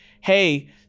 hey